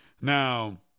Now